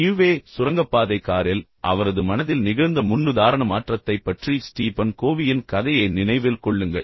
நியுவே சுரங்கப்பாதை காரில் அவரது மனதில் நிகழ்ந்த முன்னுதாரண மாற்றத்தைப் பற்றி ஸ்டீபன் கோவியிடமிருந்து நான் உங்களுக்குச் சொன்ன கதையை நினைவில் கொள்ளுங்கள்